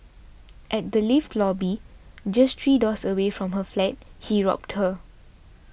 at the lift lobby just three doors away from her flat he robbed her